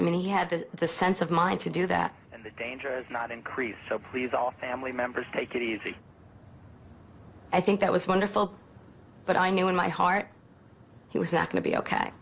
i mean he had the the sense of mind to do that and the danger not increased so please all family members take it easy i think that was wonderful but i knew in my heart he was not going to be ok